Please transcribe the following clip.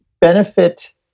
benefit